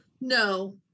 No